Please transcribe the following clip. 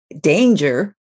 danger